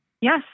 Yes